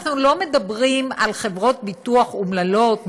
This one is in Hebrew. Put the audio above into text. אנחנו לא מדברים על חברות ביטוח אומללות,